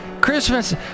christmas